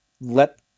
let